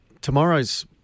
tomorrow's